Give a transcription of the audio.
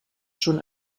schon